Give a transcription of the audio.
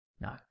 No